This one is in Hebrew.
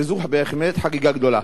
וזו בהחלט חגיגה גדולה.